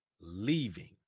leaving